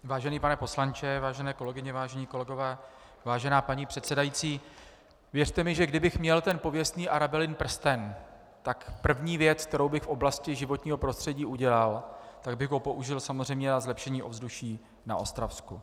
Vážený pane poslanče, vážené kolegyně, vážení kolegové, vážená paní předsedající, věřte mi, že kdybych měl ten pověstný Arabelin prsten, tak první věc, kterou bych v oblasti životního prostředí udělal, tak bych ho použil samozřejmě na zlepšení ovzduší na Ostravsku.